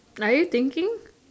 are you thinking